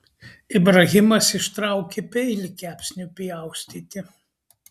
ibrahimas ištraukė peilį kepsniui pjaustyti